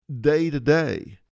day-to-day